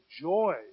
joy